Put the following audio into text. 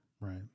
Right